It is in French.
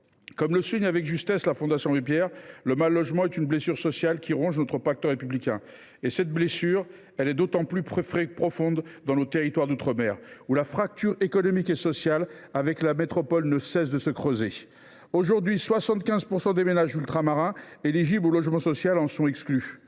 Comme le souligne avec justesse la Fondation Abbé Pierre, « le mal logement est une blessure sociale qui ronge notre pacte républicain ». Cette blessure est d’autant plus profonde dans nos territoires d’outre mer que la fracture économique et sociale avec la métropole ne cesse de se creuser. Aujourd’hui, 75 % des ménages ultramarins éligibles au logement social en sont exclus.